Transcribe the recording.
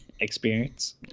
experience